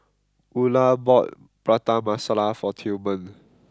Ula bought Prata Masala for Tillman